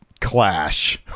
clash